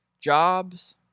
jobs